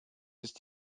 ist